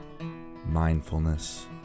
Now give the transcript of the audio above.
mindfulness